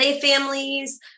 families